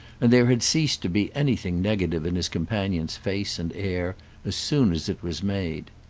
and there had ceased to be anything negative in his companion's face and air as soon as it was made.